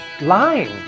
lying